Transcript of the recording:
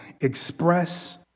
express